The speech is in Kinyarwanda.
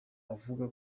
avuga